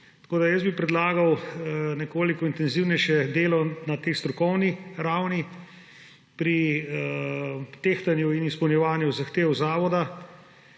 Tako da bi jaz predlagal nekoliko intenzivnejše delo na tej strokovni ravni pri tehtanju in izpolnjevanju zahtev zavoda.